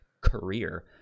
career